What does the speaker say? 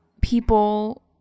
people